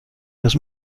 das